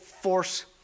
force